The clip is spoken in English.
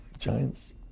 Giants